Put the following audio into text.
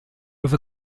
with